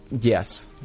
Yes